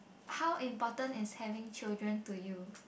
how important is having children to you